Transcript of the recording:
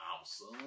awesome